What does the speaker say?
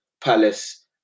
Palace